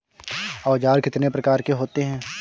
औज़ार कितने प्रकार के होते हैं?